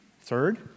Third